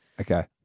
Okay